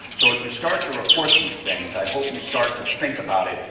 so as we start to report these things i hope you start to think about it,